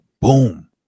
boom